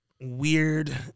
weird